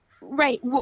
Right